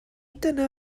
dyna